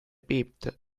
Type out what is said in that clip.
bebte